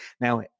now